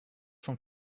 cent